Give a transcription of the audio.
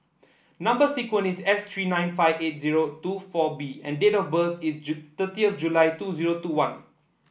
number sequence is S three nine five eight zero two four B and date of birth is thirtieth July two zero two one